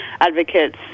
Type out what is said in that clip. advocates